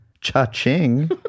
Cha-ching